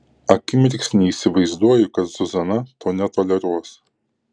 akimirksnį įsivaizduoju kad zuzana to netoleruos